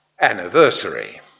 Anniversary